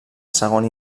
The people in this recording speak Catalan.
segon